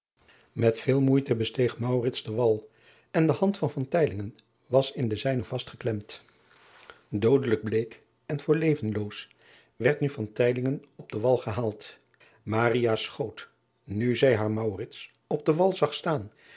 et veel moeite besteeg den wal en de hand van was in de zijne vastgeklemd oodelijk bleek en voor levenloos werd nu op den wal gehaald schoot nu zij haar op den wal zag staan